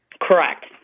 Correct